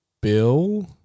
Bill